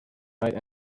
night